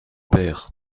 pères